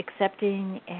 accepting